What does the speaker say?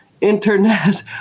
internet